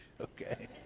okay